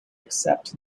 accept